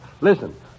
Listen